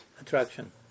attraction